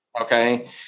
Okay